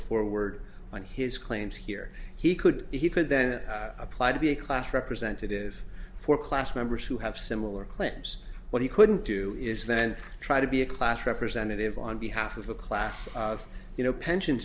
forward on his claims here he could he could then apply to be a class representative for class members who have similar claims what he couldn't do is then try to be a class representative on behalf of a class of you know pension